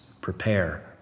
Prepare